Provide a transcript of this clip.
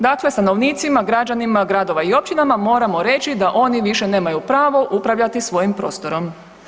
Dakle, stanovnicima građanima, gradovima i općinama moramo reći da oni više nemaju pravu upravljati svojim prostorom.